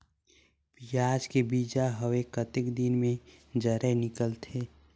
पियाज के बीजा हवे कतेक दिन मे जराई निकलथे?